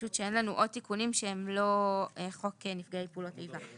שאין לנו עוד תיקונים שהם לא חוק נפגעי פעולות איבה.